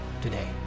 today